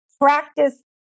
practice